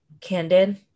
candid